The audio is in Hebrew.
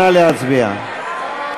נא להצביע,